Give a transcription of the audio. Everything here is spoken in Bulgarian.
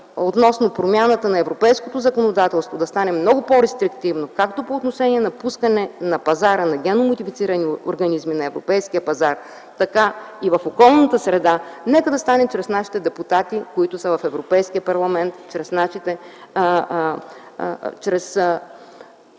относно промяната на европейското законодателство, това да стане много по-рестриктивно относно пускането на пазара на генно-модифицирани организми - както на европейския пазар, така и в околната среда. Нека това да стане чрез нашите депутати, които са в Европейския парламент, чрез партиите,